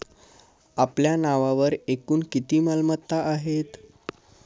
आपल्या नावावर एकूण किती मालमत्ता आहेत?